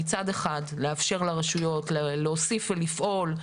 מצד אחד לאפשר לרשויות להוסיף ולפעול.